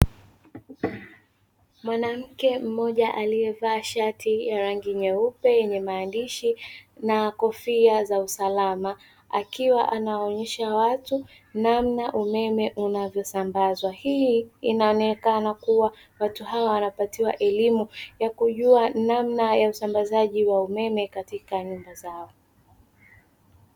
Mwanamke mmoja aliyevaa shati ya rangi nyeupe yenye maandishi na kofia za usalama, akiwa anawaonyesha watu namna umeme unavyosambazwa. Hii inaonyesha kuwa watu hawa wanapatiwa elimu ya kujua namna ya usambazaji wa umeme, katika nyumba zao.